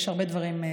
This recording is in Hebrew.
יש הרבה דברים,